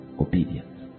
Obedience